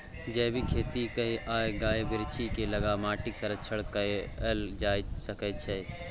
जैबिक खेती कए आ गाछ बिरीछ केँ लगा माटिक संरक्षण कएल जा सकै छै